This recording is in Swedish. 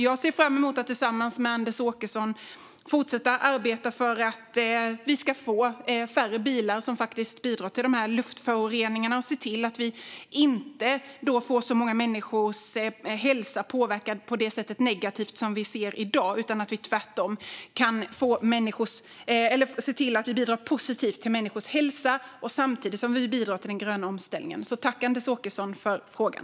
Jag ser fram emot att tillsammans med Anders Åkesson fortsätta att arbeta för att vi ska få färre bilar som bidrar till luftföroreningarna och se till att inte många människors hälsa påverkas negativt på det sätt som vi ser i dag. Tvärtom ska vi se till att vi bidrar positivt till människors hälsa, samtidigt som vi bidrar till den gröna omställningen. Jag tackar Anders Åkesson för frågan.